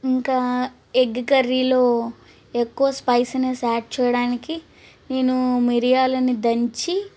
ఇంకా ఎగ్ కర్రీలో ఎక్కువ స్పైసీనెస్ యాడ్ చేయడానికి నేను మిరియాలని దంచి